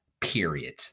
period